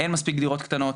אין מספיק דירות קטנות,